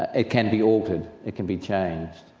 ah it can be altered, it can be changed,